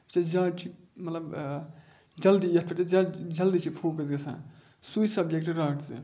ییٚمہِ سۭتۍ زیادٕ چھِ ملب جلدی یَتھ پٮ۪ٹھ أسۍ زیادٕ جلدی چھِ فوکَس گژھان سُے سَبجَکٹ رٹ ژٕ